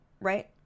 right